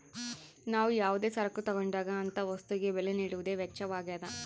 ನಾವು ಯಾವುದೇ ಸರಕು ತಗೊಂಡಾಗ ಅಂತ ವಸ್ತುಗೆ ಬೆಲೆ ನೀಡುವುದೇ ವೆಚ್ಚವಾಗ್ಯದ